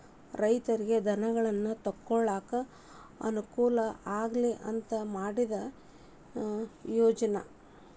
ರೈತರಿಗೆ ಧನಗಳನ್ನಾ ತೊಗೊಳಾಕ ಅನಕೂಲ ಆಗ್ಲಿ ಅಂತಾ ಮಾಡಿದ ಯೋಜ್ನಾ